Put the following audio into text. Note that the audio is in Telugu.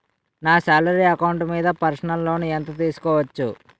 నా సాలరీ అకౌంట్ మీద పర్సనల్ లోన్ ఎంత తీసుకోవచ్చు?